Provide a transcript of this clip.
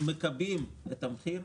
מכבים את המחיר,